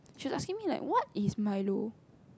she is asking me like what is Milo